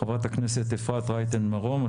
חברת הכנסת אפרת רייטן מרון,